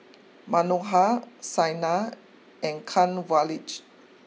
Manohar Saina and Kanwaljit